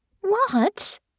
What